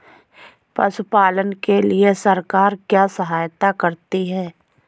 पशु पालन के लिए सरकार क्या सहायता करती है?